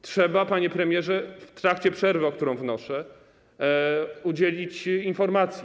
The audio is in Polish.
Trzeba, panie premierze, w trakcie przerwy, o którą wnoszę, udzielić informacji.